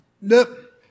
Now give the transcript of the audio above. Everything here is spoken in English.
nope